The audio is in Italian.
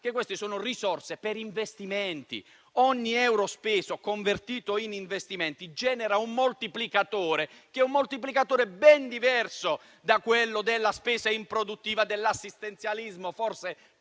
che queste sono risorse per investimenti e che ogni euro speso e convertito in investimenti genera un moltiplicatore che è ben diverso da quello della spesa improduttiva dell'assistenzialismo, forse